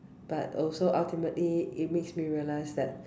but also ultimately it makes me realised that